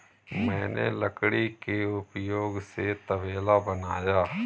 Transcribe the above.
मैंने लकड़ी के उपयोग से तबेला बनाया